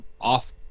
off